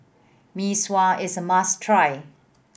Mee Sua is a must try